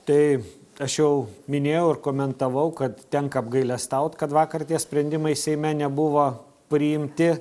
tai aš jau minėjau ir komentavau kad tenka apgailestaut kad vakar tie sprendimai seime nebuvo priimti